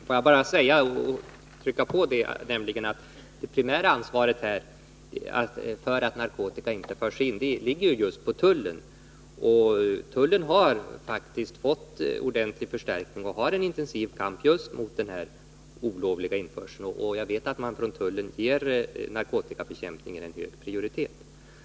Får jag bara trycka på att det primära ansvaret för att narkotika inte förs in ligger just på tullen, och tullen har faktiskt fått ordentlig förstärkning och för en intensiv kamp just mot den olovliga införseln av hasch. Jag vet att man från tullen ger narkotikabekämpningen en hög prioritet.